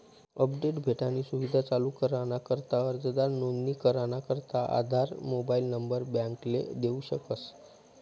update भेटानी सुविधा चालू कराना करता अर्जदार नोंदणी कराना करता आधार मोबाईल नंबर बॅकले देऊ शकस